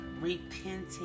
Repenting